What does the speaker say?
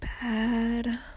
bad